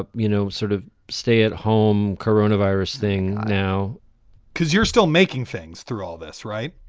ah you know, sort of stay at home coronavirus thing now cause you're still making things through all this, right?